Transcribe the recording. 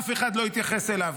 אף אחד לא התייחס אליו.